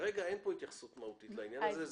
כרגע אין כאן התייחסות מהותית לעניין הזה.